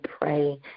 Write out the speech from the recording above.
pray